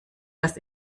das